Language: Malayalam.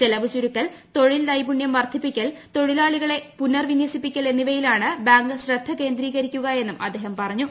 ചെലവ് ചുരുക്കൽ തൊഴിൽ നൈപുണ്യം വർദ്ധിപ്പിക്കൽ തൊഴിലാളികളെ പുനർവിനൃസിക്കൽ എന്നിവയിലാണ് ബാങ്ക് ശ്രദ്ധ കേന്ദ്രീകരിക്കുക എന്നും അദ്ദേഹം പറഞ്ഞു